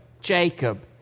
Jacob